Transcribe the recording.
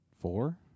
four